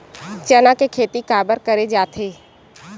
चना के खेती काबर करे जाथे?